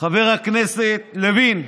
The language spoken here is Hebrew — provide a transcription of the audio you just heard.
חבר הכנסת לוין,